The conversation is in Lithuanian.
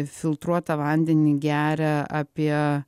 filtruotą vandenį geria apie